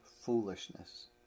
foolishness